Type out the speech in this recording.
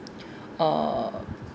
err